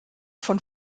von